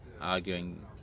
arguing